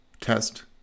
test